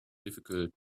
difficult